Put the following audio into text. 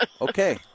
Okay